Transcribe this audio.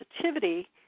sensitivity